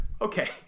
Okay